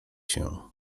się